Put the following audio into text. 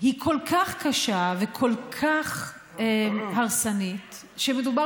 היא כל כך קשה וכל כך הרסנית שמדובר